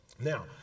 Now